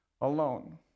alone